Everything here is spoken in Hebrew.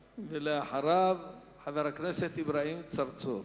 ואחריו, חבר הכנסת אברהים צרצור.